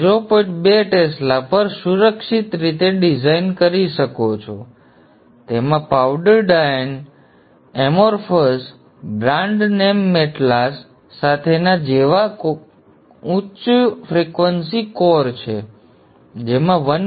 2 Tesla પર સુરક્ષિત રીતે ડિઝાઇન કરી શકો છો પરંતુ તેમાં પાવડર ડાયન અમોરફોસ બ્રાન્ડ નેમ મેટલાસ સાથેના કોર જેવા ઉચ્ચ ફ્રિક્વન્સી કોર છે જેમાં 1